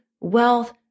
wealth